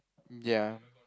ya